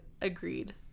agreed